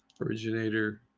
originator